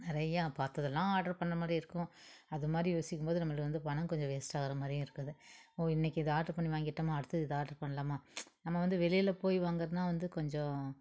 நிறையா பார்த்ததெல்லாம் ஆட்ரு பண்ணமாதிரி இருக்கும் அதுமாதிரி யோசிக்கும்போது நம்மளுக்கு பணம் கொஞ்சம் வேஸ்ட் ஆகிறமாரியும் இருக்குது ஓ இன்னைக்கி இதை ஆட்ரு பண்ணி வாங்கிட்டோமா அடுத்தது இது ஆட்ரு பண்ணலாமா நம்ம வந்து வெளியில் போய் வாங்குறதுனா வந்து கொஞ்சம்